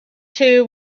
two